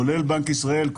כולל בנק ישראל,